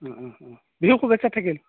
বিহুৰ শুভেচ্ছা থাকিল